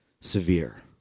severe